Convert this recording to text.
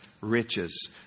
riches